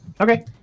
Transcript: Okay